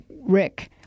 Rick